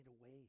away